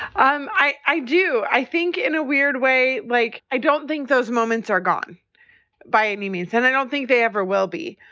and i i do. i think in a weird way, like i don't think those moments are gone by any means, and i don't think they ever will be.